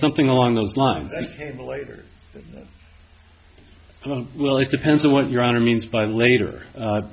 something along those lines later well it depends on what your honor means by later